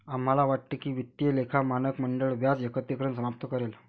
आम्हाला वाटते की वित्तीय लेखा मानक मंडळ व्याज एकत्रीकरण समाप्त करेल